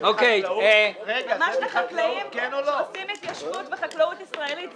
ממש לחקלאים שעושים התיישבות וחקלאות ישראלית,